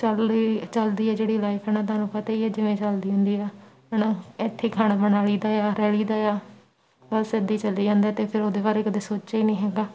ਚੱਲਦੀ ਚੱਲਦੀ ਹੈ ਜਿਹੜੀ ਲਾਈਫ ਹੈ ਨਾ ਤੁਹਾਨੂੰ ਪਤਾ ਹੀ ਹੈ ਜਿਵੇਂ ਚੱਲਦੀ ਹੁੰਦੀ ਹੈ ਹੈ ਨਾ ਇੱਥੇ ਖਾਣਾ ਬਣਾ ਲਈ ਦਾ ਆ ਰਹਿ ਲਈ ਦਾ ਆ ਬਸ ਇੱਦਾਂ ਹੀ ਚੱਲੀ ਜਾਂਦਾ ਅਤੇ ਫਿਰ ਉਹਦੇ ਬਾਰੇ ਕਦੇ ਸੋਚਿਆ ਹੀ ਨਹੀਂ ਹੈਗਾ